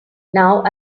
now